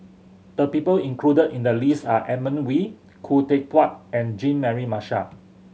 the people included in the list are Edmund Wee Khoo Teck Puat and Jean Mary Marshall